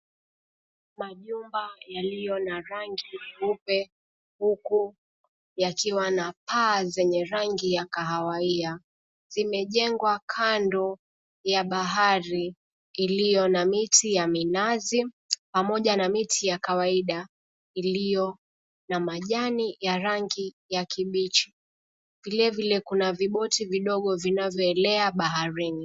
Majumba yaliyo na rangi nyeupe, huku yakiwa na paa zenye rangi ya kahawia, zimejengwa kando ya bahari iliyo na miti ya minazi pamoja na miti ya kawaida iliyo na majani ya rangi ya kibichi. Vilevile, kuna viboti vidogo vinavyoelea baharini.